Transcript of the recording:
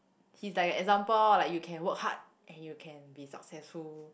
he's like an example orh like you can work hard and you can be successful